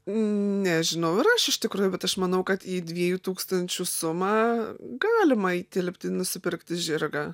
nežinau ir aš iš tikrųjų bet aš manau kad į dviejų tūkstančių sumą galima įtilpti nusipirkti žirgą